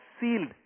sealed